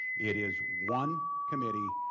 it is one committee,